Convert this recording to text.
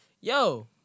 yo